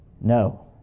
No